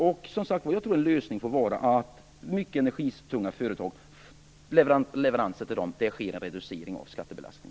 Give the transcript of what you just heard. Jag tror som sagt att en lösning kan vara en reducering av skattebelastningen på leveranser till mycket energitunga företag.